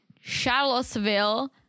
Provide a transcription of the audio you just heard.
Charlottesville